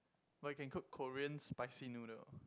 but you can cook Korean spicy noodle